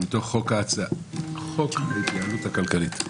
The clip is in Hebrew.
מתוך הצעת חוק ההתייעלות הכלכלית.